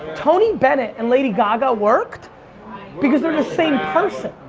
tony bennett and lady gaga worked because they're the same person.